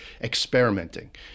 experimenting